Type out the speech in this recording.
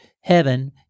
heaven